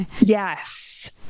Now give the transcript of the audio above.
Yes